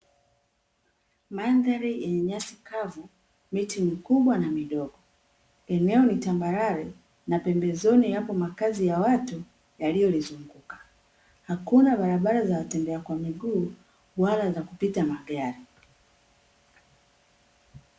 Mandhari yenye nyasi kavu, miti mikubwa na midogo, eneo ni tambarare na pembezoni yapo makazi ya watu yaliyolizunguka, hakuna barabara za watembea kwa miguu wala za kupita magari.